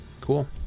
Cool